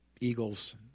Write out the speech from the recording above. eagles